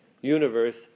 universe